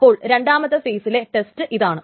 അപ്പോൾ രണ്ടാമത്തെ ഫെയിസിലെ ടെസ്റ്റ് ഇതാണ്